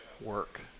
work